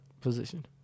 position